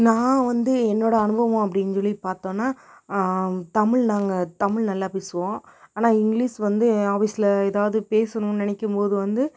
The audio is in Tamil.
நான் வந்து என்னோட அனுபவம் அப்படின் சொல்லி பார்த்தோன்னா தமிழ் நாங்கள் தமிழ் நல்லா பேசுவோம் ஆனால் இங்கிலீஸ் வந்து ஆஃபீஸில் ஏதாவுது பேசணும்னு நினைக்கும்போது வந்து